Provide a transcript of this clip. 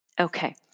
Okay